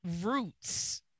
roots